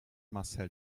marcel